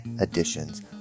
editions